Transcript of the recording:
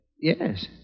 yes